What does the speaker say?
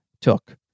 took